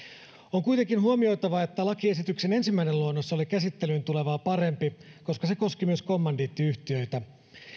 on kuitenkin huomioitava että lakiesityksen ensimmäinen luonnos oli käsittelyyn tulevaa parempi koska se koski myös kommandiittiyhtiöitä